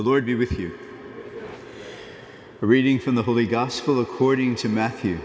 lord be with you reading from the holy gospel according to matthew